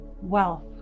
wealth